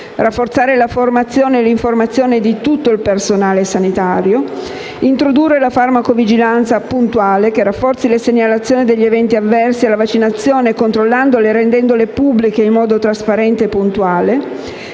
rafforzare la formazione e l'informazione di tutto il personale sanitario; introdurre la farmacovigilanza puntuale, che rafforzi le segnalazioni degli eventi avversi alla vaccinazione, controllandole e rendendole pubbliche in modo trasparente e puntuale;